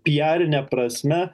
piarine prasme